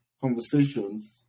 conversations